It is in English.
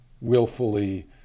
willfully